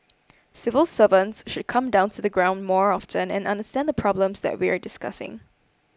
civil servants should come down to the ground more often and understand the problems that we're discussing